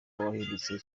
wahindutse